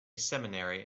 seminary